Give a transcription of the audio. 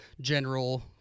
general